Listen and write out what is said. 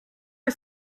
est